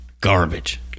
garbage